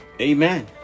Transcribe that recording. Amen